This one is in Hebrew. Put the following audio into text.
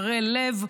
ערל לב.